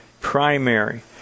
primary